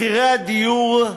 מחירי הדיור,